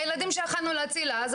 הילדים שיכולנו להציל אז,